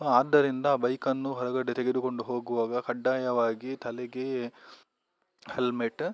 ಆದ್ದರಿಂದ ಬೈಕನ್ನು ಹೊರಗಡೆ ತೆಗೆದುಕೊಂಡು ಹೋಗುವಾಗ ಕಡ್ಡಾಯವಾಗಿ ತಲೆಗೆ ಹೆಲ್ಮೇಟ